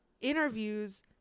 interviews